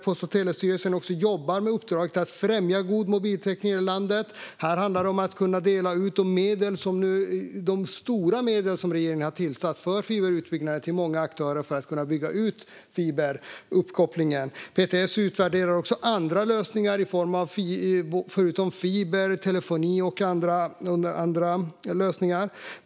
Post och telestyrelsen jobbar också med uppdraget att främja god mobiltäckning i hela landet. Här handlar det om att kunna dela ut de stora medel som regeringen har avsatt för fiberutbyggnaden till många aktörer för att fiberuppkopplingen ska kunna byggas ut. PTS utvärderar också andra lösningar förutom fiber - telefoni och andra lösningar.